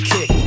Kick